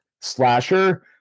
slasher